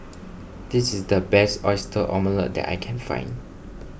this is the best Oyster Omelette that I can find